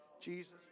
Jesus